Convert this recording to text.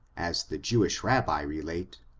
as the jewish rabbi re late.